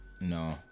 No